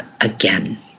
again